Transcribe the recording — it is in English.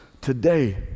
today